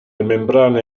membrane